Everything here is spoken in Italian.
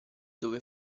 dove